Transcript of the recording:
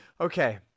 Okay